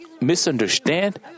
misunderstand